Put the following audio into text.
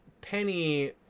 Penny